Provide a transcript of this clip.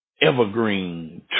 Evergreen